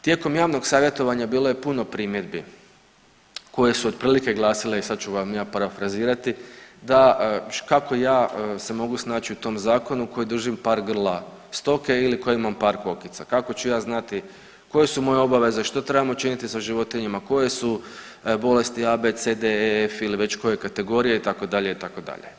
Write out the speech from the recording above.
Tijekom javnog savjetovanja bilo je puno primjedbi, koje su otprilike glasile i sad ću vam ja parafrazirati da, kako ja se mogu snaći u tom Zakonu koji držim par grla stoke ili koji imam par kokica, kako ću ja znati koje su moje obaveze, što trebam učiniti sa životinja, koje su bolesti a, b, c, d, e, f ili koje kategorije, itd., itd.